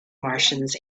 martians